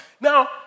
Now